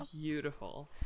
beautiful